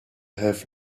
have